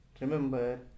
remember